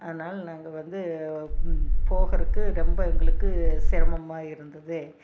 அதனால் நாங்கள் வந்து போகறதுக்கு ரொம்ப எங்களுக்கு சிரமமா இருந்தது